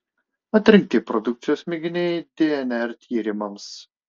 atrinkti produkcijos mėginiai dnr tyrimams